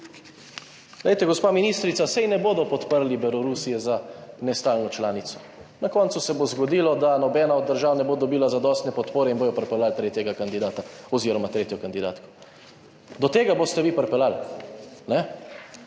gospa ministrica, saj ne bodo podprli Belorusije za nestalno članico. Na koncu se bo zgodilo, da nobena od držav ne bo dobila zadostne podpore in bodo pripeljali tretjega kandidata oziroma tretjo kandidatko. Do tega boste vi pripeljali.